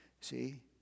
See